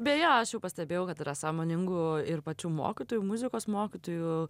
beje aš jau pastebėjau kad yra sąmoningų ir pačių mokytojų muzikos mokytojų